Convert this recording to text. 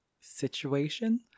situation